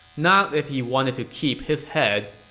not if he wanted to keep his head.